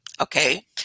Okay